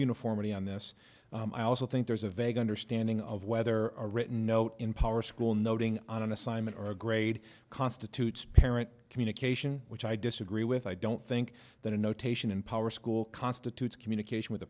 uniformity on this i also think there's a vague understanding of whether a written note in power school noting on an assignment or a grade constitutes parent communication which i disagree with i don't think that a notation in power school constitutes communication with